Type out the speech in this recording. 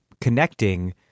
connecting